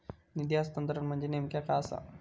निधी हस्तांतरण म्हणजे नेमक्या काय आसा?